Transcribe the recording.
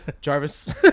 Jarvis